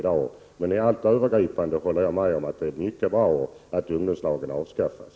I allt övergripande håller jag med om att det är mycket bra att ungdomslagen avskaffas.